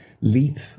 leap